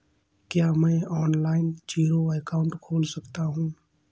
क्या मैं online zero account खोल सकता हूँ?